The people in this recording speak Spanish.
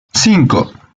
cinco